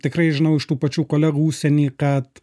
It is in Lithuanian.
tikrai žinau iš tų pačių kolegų užsieny kad